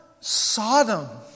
Sodom